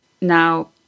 Now